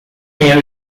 mayor